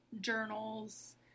journals